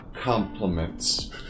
compliments